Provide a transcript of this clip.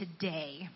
today